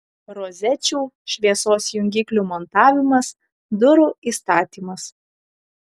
rozečių šviesos jungiklių montavimas durų įstatymas